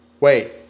wait